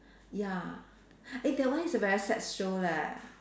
ya eh that one is a very sad show leh